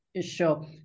Sure